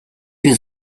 you